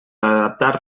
adaptar